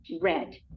red